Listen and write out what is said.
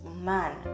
man